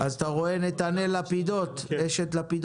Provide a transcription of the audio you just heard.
נתנאל לפידות, בבקשה.